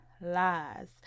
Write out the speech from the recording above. lies